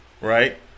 right